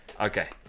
Okay